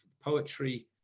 poetry